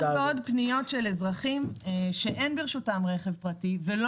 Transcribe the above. עוד ועוד פניות של אזרחים שאין ברשותם רכב פרטי וגם